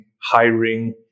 hiring